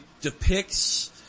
depicts